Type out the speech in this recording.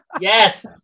Yes